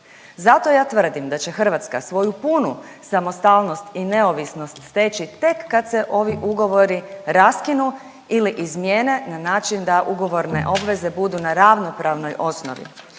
Zato ja tvrdim da će Hrvatska svoju punu samostalnost i neovisnost steći tek kad se ovi ugovori raskinu ili izmijene na način da ugovorne obveze budu na ravnopravnoj osnovi